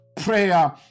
prayer